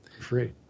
free